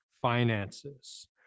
finances